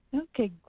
Okay